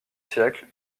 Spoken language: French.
siècle